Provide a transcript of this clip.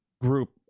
group